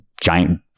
giant